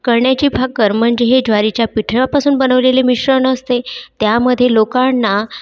कळण्याची भाकर म्हणजे हे ज्वारीच्या पिठरापासून बनवलेले मिश्रण असते त्यामध्ये लोकांना